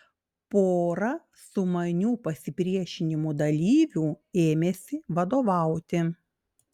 pora sumanių pasipriešinimo dalyvių ėmėsi vadovauti